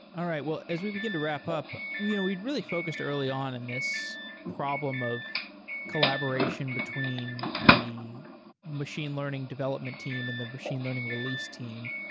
all right. well, as we begin to wrap up, we and we really focused early on in this problem of collaboration between the machine learning development team and the machine learning release team.